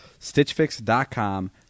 Stitchfix.com